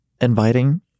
inviting